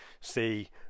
see